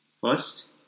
First